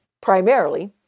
Primarily